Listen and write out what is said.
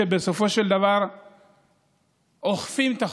שבסופו של דבר אוכפים את החוק,